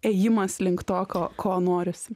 ėjimas link to ko ko norisi